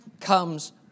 comes